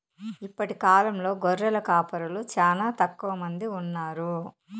ఇప్పటి కాలంలో గొర్రెల కాపరులు చానా తక్కువ మంది ఉన్నారు